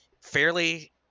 fairly